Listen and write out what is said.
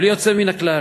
בלי יוצא מן הכלל,